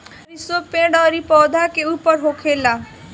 सरीसो पेड़ अउरी पौधा के ऊपर होखेला